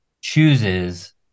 chooses